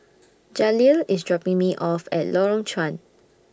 Jaleel IS dropping Me off At Lorong Chuan